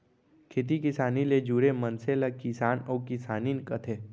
खेती किसानी ले जुरे मनसे ल किसान अउ किसानिन कथें